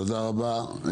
תודה רבה.